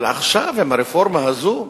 אבל עכשיו, עם הרפורמה הזאת?